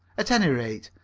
at any rate,